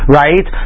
right